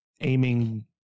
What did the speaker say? aiming